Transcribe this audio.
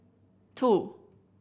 two